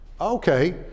Okay